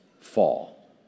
fall